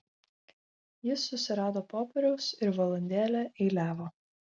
jis susirado popieriaus ir valandėlę eiliavo